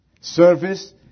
service